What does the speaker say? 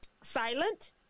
silent